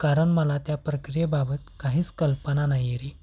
कारण मला त्या प्रक्रियेबाबत काहीच कल्पना नाहीये रे